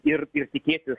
ir ir tikėtis